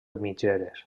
mitgeres